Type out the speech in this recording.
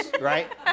right